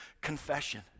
confession